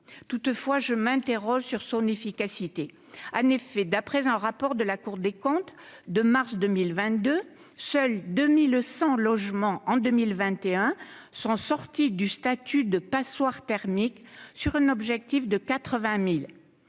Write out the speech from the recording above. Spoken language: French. toutefois, sur son efficacité. En effet, d'après un rapport de la Cour des comptes de mars 2022, seuls 2 100 logements sont sortis en 2021 du statut de « passoire thermique », pour un objectif de 80 000.